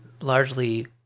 largely